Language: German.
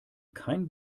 kein